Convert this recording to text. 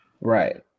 Right